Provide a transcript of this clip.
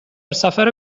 سفر